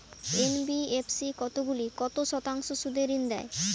NBFC কতগুলি কত শতাংশ সুদে ঋন দেয়?